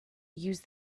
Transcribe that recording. use